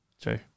true